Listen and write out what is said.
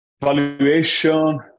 Valuation